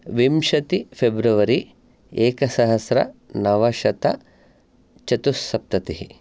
विंशति फेब्रुवरी एकसहस्रनवशतचतुःसप्ततिः